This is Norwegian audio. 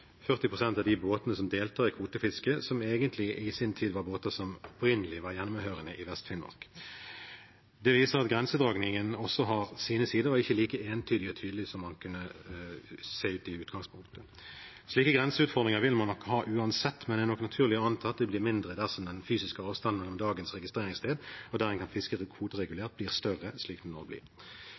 av de båtene som deltar i kvotefisket, egentlig båter som i sin tid opprinnelig var hjemmehørende i Vest-Finnmark. Det viser at grensedragningen også har sine sider og ikke er like entydig og tydelig som det kunne se ut som i utgangspunktet. Slike grenseutfordringer vil man nok ha uansett, men det er naturlig å anta at de blir mindre dersom den fysiske avstanden mellom dagens registreringssted og der en kan fiske kvoteregulert, blir større slik den nå blir.